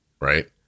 right